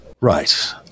Right